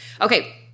Okay